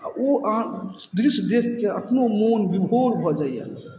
आओर ओ अहाँ दृश्य देखकऽ अपनो मोन बिभोर भऽ जाइए